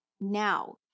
Now